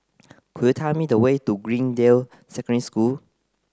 could you tell me the way to Greendale Secondary School